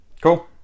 Cool